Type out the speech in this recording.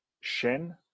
Shen